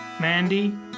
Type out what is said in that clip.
Mandy